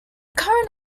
current